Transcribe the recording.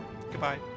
Goodbye